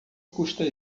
custa